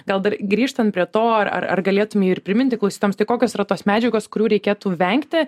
gal dar grįžtant prie to ar ar galėtum jį ir priminti klausytojams tai kokios yra tos medžiagos kurių reikėtų vengti